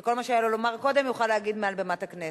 שכל מה שהיה לו לומר קודם הוא יוכל להגיד מעל במת הכנסת.